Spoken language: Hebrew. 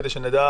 כדי שנדע